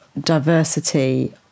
diversity